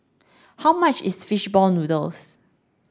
how much is fish ball noodles